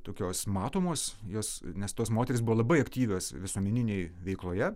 tokios matomos jos nes tos moterys buvo labai aktyvios visuomeninėj veikloje